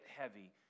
heavy